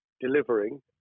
delivering